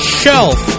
shelf